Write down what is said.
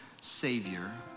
savior